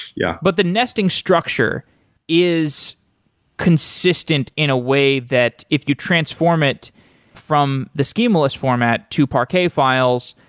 yeah, but the nesting structure is consistent in a way that if you transform it from the schemaless format to parquet files,